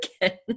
again